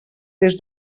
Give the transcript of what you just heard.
des